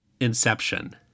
Inception